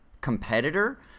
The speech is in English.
competitor